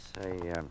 Say